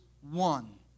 one